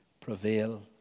prevail